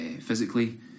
physically